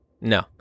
No